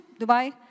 Dubai